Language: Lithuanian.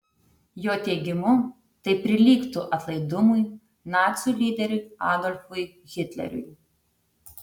jo teigimu tai prilygtų atlaidumui nacių lyderiui adolfui hitleriui